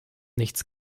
nichts